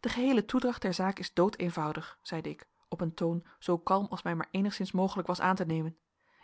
de geheele toedracht der zaak is doodeenvoudig zeide ik op een toon zoo kalm als mij maar eenigszins mogelijk was aan te nemen